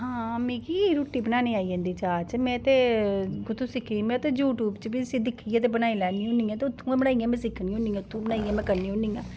हां मिगी रुट्टी बनानें दी आई जंदी जाच ते कुथां सिक्खी ते में ते यूटय़ूब दा बी दिक्खियै सिक्खी लैन्नी होन्नी उत्थूं बनाईयै में सिक्खी लैन्नी होन्नी